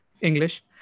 English